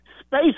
space